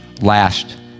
last